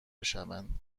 بشوند